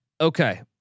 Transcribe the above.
Okay